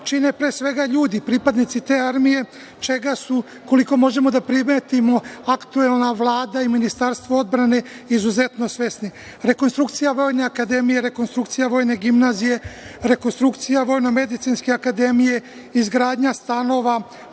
čine pre svega ljudi, pripadnici te armije, čega su, koliko možemo da primetimo aktuelna Vlada i Ministarstvo odbrane izuzetno svesni. Rekonstrukcija Vojne akademije, rekonstrukcija Vojne gimnazije, rekonstrukcija Vojno-medicinske akademije, izgradnja stanova,